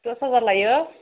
दस हाजार लायो